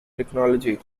technology